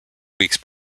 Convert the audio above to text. weeks